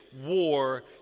war